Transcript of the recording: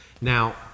Now